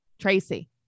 Tracy